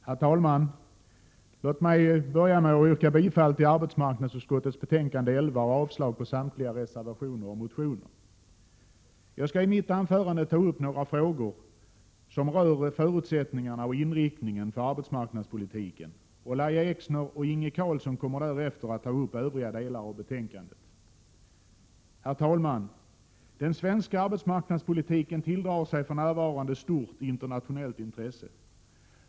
Herr talman! Låt mig börja med att yrka bifall till hemställan i arbetsmarknadsutskottets betänkande 11 och avslag på samtliga reservationer och motioner. Jag skall i mitt anförande ta upp några frågor som rör förutsättningarna för och inriktningen av arbetsmarknadspolitiken. Lahja Exner och Inge Carlsson kommer senare att ta upp övriga delar av betänkandet. Den svenska arbetsmarknadspolitiken tilldrar sig för närvarande stort internationellt intresse.